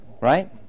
right